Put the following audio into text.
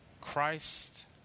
Christ